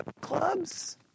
clubs